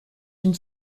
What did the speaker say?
une